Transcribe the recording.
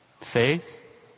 faith